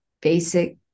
basic